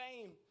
fame